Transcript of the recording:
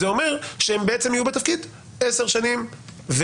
זה אומר שהם בעצם יהיו בתפקיד עשר שנים וחודשיים,